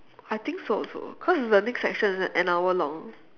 I think so also cause the next session is an hour long